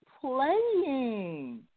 playing